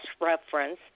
reference